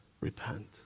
repent